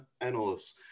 analysts